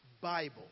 Bible